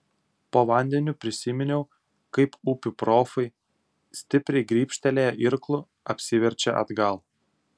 po vandeniu prisiminiau kaip upių profai stipriai grybštelėję irklu apsiverčia atgal